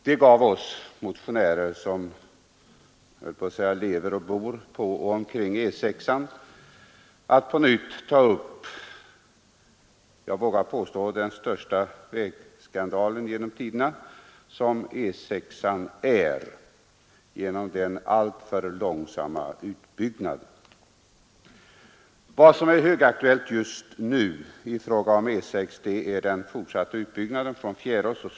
Det gav oss motionärer som lever och bor omkring E 6 anledning att på nytt ta upp, jag vågar påstå den största vägskandal genom tiderna som E6 är genom den alltför långsamma utbyggnadstakten. Vad som är högaktuellt just nu i fråga om E 6 är den fortsatta utbyggnaden från Fjärås söderut.